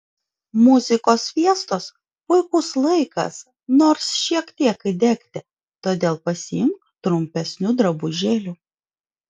muzikos fiestos puikus laikas nors šiek tiek įdegti todėl pasiimk trumpesnių drabužėlių